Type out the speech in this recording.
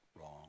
wrong